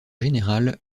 général